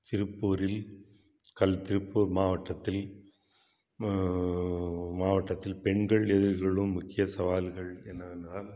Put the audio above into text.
திருப்பூரில் கல் திருப்பூர் மாவட்டத்தில் மா மாவட்டத்தில் பெண்கள் எதிர்கொள்ளும் முக்கியச் சவால்கள் என்னவென்றால்